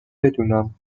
بدونم